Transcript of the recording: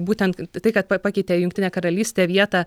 būtent tai kad pa pakeitė jungtinė karalystė vietą